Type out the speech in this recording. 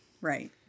Right